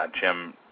Jim